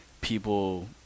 people